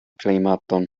klimaton